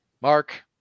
mark